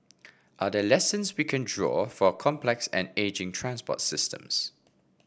are there lessons we can draw for complex and ageing transport systems